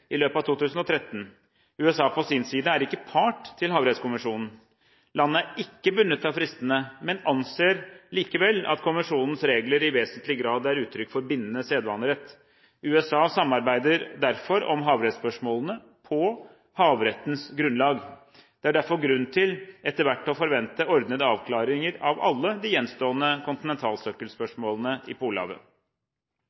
i løpet av 2013. USA på sin side er ikke part i Havrettskonvensjonen. Landet er ikke bundet av fristene, men anser likevel at konvensjonens regler i vesentlig grad er uttrykk for bindende sedvanerett. USA samarbeider derfor om havrettsspørsmålene på havrettens grunnlag. Det er derfor grunn til etter hvert å forvente ordnede avklaringer av alle de gjenstående